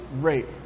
rape